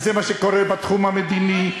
וזה מה שקורה בתחום המדיני,